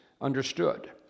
understood